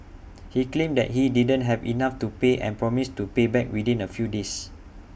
he claimed that he didn't have enough to pay and promised to pay back within A few days